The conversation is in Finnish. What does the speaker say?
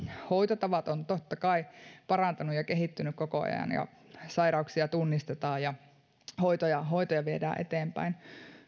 hoitotavat ovat totta kai parantuneet ja kehittyneet koko ajan ja sairauksia tunnistetaan ja hoitoja viedään eteenpäin